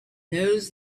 knows